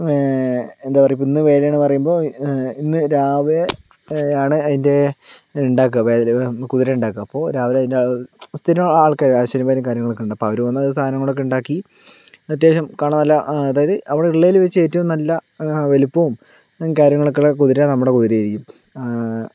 എന്താ പറയുക ഇപ്പൊൾ ഇന്ന് വേലയാന്ന് പറയുമ്പോൾ ഇന്ന് രാവിലെ ആണ് അതിൻ്റെ ഉണ്ടാക്കുക കുതിരേ ഉണ്ടാക്കുക അപ്പോൾ രാവിലെ അതിൻ്റെ സ്ഥിരം ആൾക്കാര് ആശാരിമാരും കാര്യങ്ങളൊക്കേണ്ട് അപ്പോ അവര് വന്ന് സാധനങ്ങളൊക്കെ ഉണ്ടാക്കി അത്യാവശ്യം കാണാൻ നല്ല അതായത് അവിടെ ഉള്ളേല് വച്ച് ഏറ്റോം നല്ല വലിപ്പോം കാര്യങ്ങളൊക്കേള്ള കുതിര നമ്മുടെ കുതിര ആയിരിക്കും